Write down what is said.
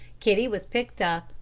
kitty was picked up,